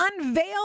unveiled